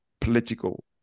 political